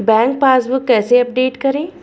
Bank passbook कैसे update करें?